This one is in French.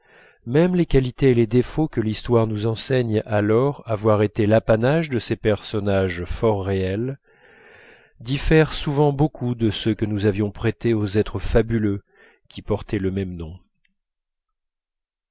même les qualités et les défauts que l'histoire nous enseigne alors avoir été l'apanage de ces personnes fort réelles diffèrent souvent beaucoup de ceux que nous avions prêtés aux êtres fabuleux qui portaient le même nom